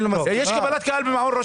לא,